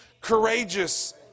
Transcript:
courageous